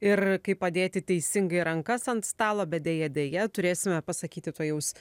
ir kaip padėti teisingai rankas ant stalo bet deja deja turėsime pasakyti tuojaus